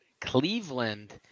Cleveland